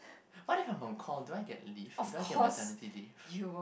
what if I'm on call do I get leave do I get maternity leave